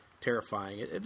terrifying